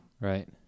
Right